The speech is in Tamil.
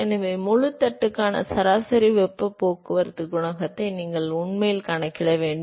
எனவே முழு தட்டுக்கான சராசரி வெப்ப போக்குவரத்து குணகத்தை நீங்கள் உண்மையில் கணக்கிட வேண்டும்